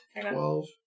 Twelve